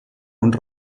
und